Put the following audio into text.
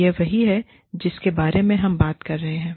यह वही है जिसके बारे में हम यहां बात कर रहे हैं